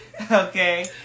Okay